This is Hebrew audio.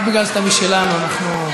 רק בגלל שאתה משלנו אנחנו,